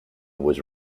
was